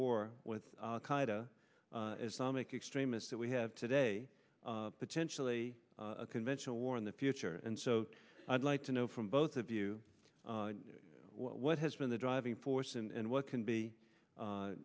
war with qaida islamic extremists that we have today potentially a conventional war in the future and so i'd like to know from both of you what has been the driving force and what can be